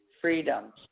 freedom